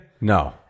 No